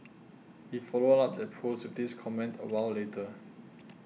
he followed up that post with this comment a while later